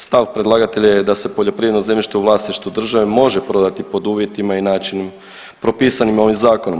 Stav predlagatelja je da se poljoprivredno zemljište u vlasništvu države može prodati pod uvjetima i načinima propisanim ovim zakonom.